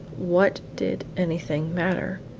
what did anything matter